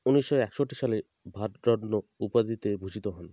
উনিশশো একষট্টি সালে ভারতরত্ন উপাধিতে ভূষিত হন